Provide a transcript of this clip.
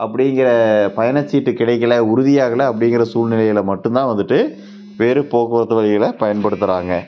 அப்படிங்கிற பயணச்சீட்டு கிடைக்கல உறுதியாகலை அப்படிங்கிற சூழ்நிலையில் மட்டும்தான் வந்துட்டு வேறு போக்குவரத்து வகைகளை பயன்படுத்துகிறாங்க